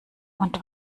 und